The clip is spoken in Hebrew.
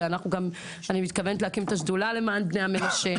אני מתכוונת להקים את השדולה למען בני המנשה.